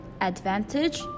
advantage